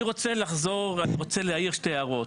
אני רוצה לחזור ולהעיר שתי הערות.